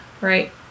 right